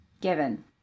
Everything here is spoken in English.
Given